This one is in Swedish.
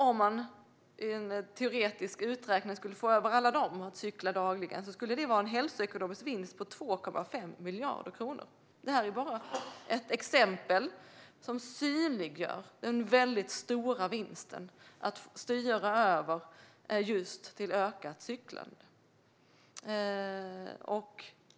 Om man i en teoretisk uträkning skulle få över alla dem till att cykla dagligen skulle det vara en hälsoekonomisk vinst på 2,5 miljarder kronor. Detta är bara ett exempel som synliggör den stora vinst som finns i att styra över till just ökat cyklande.